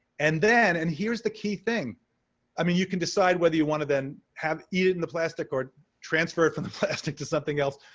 and then and here's the key thing i mean, you can decide whether you want to then eat it in the plastic or transfer it from the plastic to something else.